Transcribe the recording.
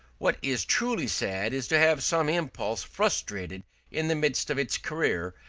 what is truly sad is to have some impulse frustrated in the midst of its career,